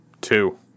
Two